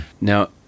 Now